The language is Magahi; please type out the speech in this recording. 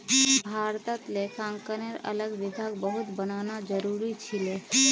भारतत लेखांकनेर अलग विभाग बहुत बनाना जरूरी छिले